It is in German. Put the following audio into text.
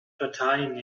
parteien